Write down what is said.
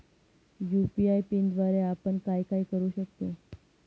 UPI पिनद्वारे आपण काय काय करु शकतो?